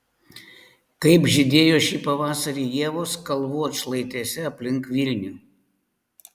kaip žydėjo šį pavasarį ievos kalvų atšlaitėse aplink vilnių